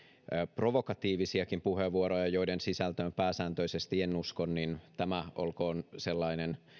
provokatiivisiakin puheenvuoroja joiden sisältöön pääsääntöisesti en usko niin tämä olkoon sellainen